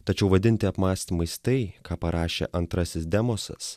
tačiau vadinti apmąstymais tai ką parašė antrasis demosas